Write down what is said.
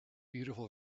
beautiful